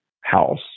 house